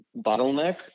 bottleneck